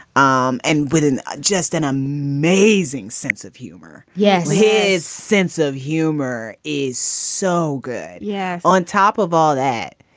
um and within just an amazing sense of humor. yes. his sense of humor is so good. yeah. on top of all that,